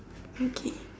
okay